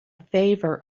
favor